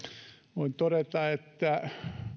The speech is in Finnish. voin todeta että